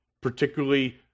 particularly